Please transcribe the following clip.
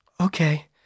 Okay